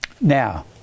now